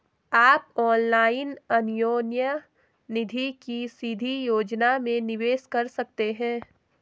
आप ऑनलाइन अन्योन्य निधि की सीधी योजना में निवेश कर सकते हैं